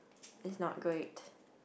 it's not great